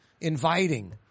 inviting